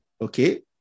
Okay